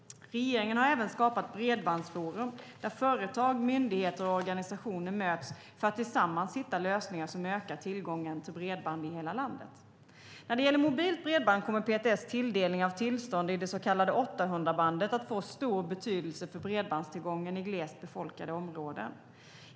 Regeringen har även skapat Bredbandsforum där företag, myndigheter och organisationer möts för att tillsammans hitta lösningar som ökar tillgången till bredband i hela landet. När det gäller mobilt bredband kommer PTS tilldelning av tillstånd i det så kallade 800-megahertzbandet att få stor betydelse för bredbandstillgången i glest befolkade områden.